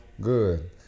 Good